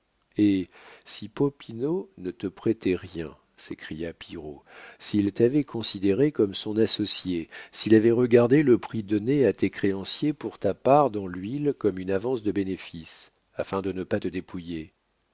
eh si popinot ne te prêtait rien s'écria pillerault s'il t'avait considéré comme son associé s'il avait regardé le prix donné à tes créanciers pour ta part dans l'huile comme une avance de bénéfices afin de ne pas te dépouiller